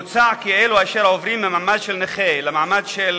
מוצע כי אלו אשר עוברים ממעמד של נכה למעמד של